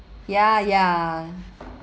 ya ya